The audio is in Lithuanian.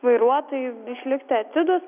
vairuotojai išlikti atidūs